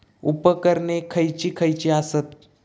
उपकरणे खैयची खैयची आसत?